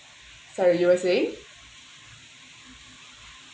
sorry you were saying